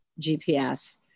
GPS